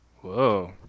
whoa